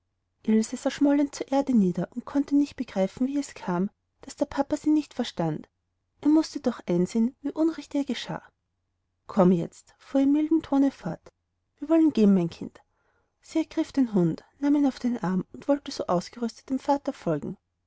zur erde nieder und konnte nicht begreifen wie es kam daß der papa sie nicht verstand er mußte doch einsehen wie unrecht ihr geschah komm jetzt fuhr er in mildem tone fort wir wollen gehen mein kind sie ergriff den hund nahm ihn auf den arm und wollte so ausgerüstet dem vater folgen